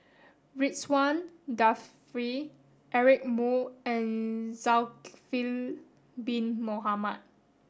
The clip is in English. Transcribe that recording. Ridzwan Dzafir Eric Moo and Zulkifli bin Mohamed